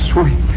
Sweet